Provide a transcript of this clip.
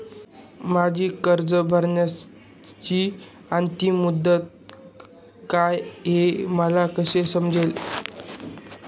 माझी कर्ज भरण्याची अंतिम मुदत काय, हे मला कसे समजेल?